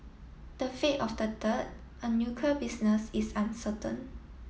the fate of the third a nuclear business is uncertain